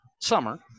Summer